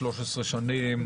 13 שנים.